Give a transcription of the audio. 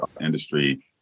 industry